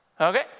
Okay